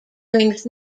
brings